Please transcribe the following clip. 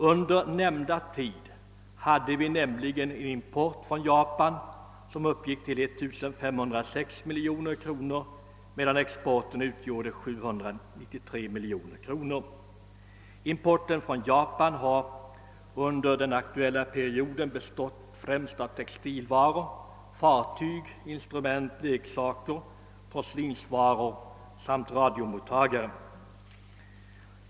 Under nämnda tid hade vi nämligen en import från Japan som uppgick till ett värde av 1506 miljoner kronor, medan värdet av exporten utgjorde 793 miljoner kronor. Importen från Japan har under den aktuella perioden bestått främst av textilvaror, fartyg, instrument, leksaker, porslinsvaror och radiomottagare.